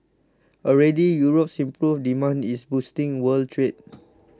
already Europe's improved demand is boosting world trade